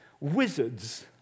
wizards